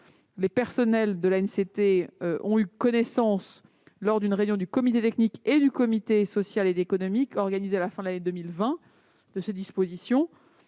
les personnels de l'ANCT ont eu connaissance, lors d'une réunion du comité technique et du comité social et économique, organisée à la fin de l'année 2020, de ces dispositions.